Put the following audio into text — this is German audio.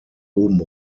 oben